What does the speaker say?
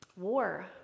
War